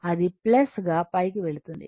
అది గా పైకి వెళుతుంది